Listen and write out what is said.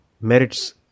merits